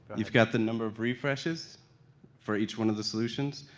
you've got the number of refreshes for each one of the solutions.